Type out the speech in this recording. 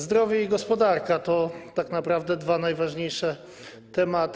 Zdrowie i gospodarka to tak naprawdę dwa najważniejsze tematy.